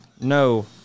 no